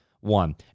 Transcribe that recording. one